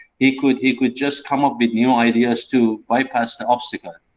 he could he could just come up with new ideas to bypass the obstacle.